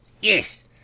Yes